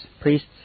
priests